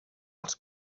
els